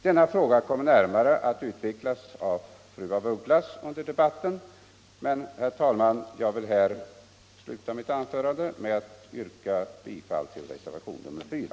Denna fråga kommer under debatten att närmare utvecklas av fru af Ugglas, och jag vill, herr talman, sluta mitt anförande med att yrka bifall till reservationen 4.